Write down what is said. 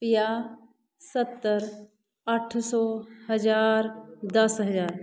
ਪੰਜਾਹ ਸੱਤਰ ਅੱਠ ਸੌ ਹਜ਼ਾਰ ਦਸ ਹਜ਼ਾਰ